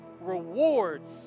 rewards